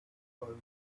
because